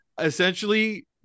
essentially